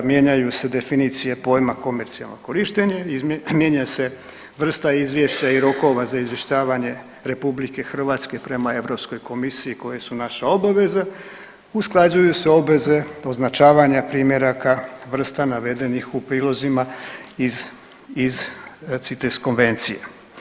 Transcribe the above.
Mijenjaju se definicije pojma komercijalno korištenje, mijenja se vrsta izvješća i rokova za izvještavanje Republike Hrvatske prema Europskoj komisiji koja su naša obaveza, usklađuju se obveze označavanja primjeraka vrsta navedenih u prilozima iz CITES konvencije.